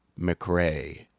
McRae